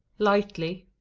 lightly.